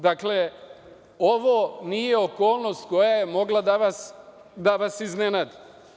Dakle, ovo nije okolnost koja je mogla da vas iznenadi.